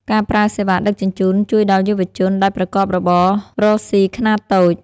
ការប្រើសេវាដឹកជញ្ជូន ជួយដល់យុវជនដែលប្រកបរបររកស៊ីខ្នាតតូច។